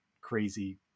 crazy